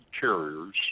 carriers